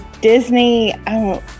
Disney